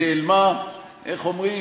נעלמה, איך אומרים?